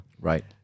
right